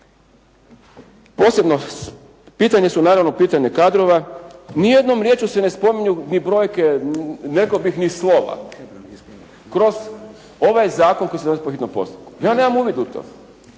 Posebno pitanje su naravno pitanje kadrova. Niti jednom riječju se ne spominju ni brojke, …/Govornik se ne razumije./… slova, kroz ovaj zakon koji se donosi po hitnom postupku. Ja nemam uvid u to.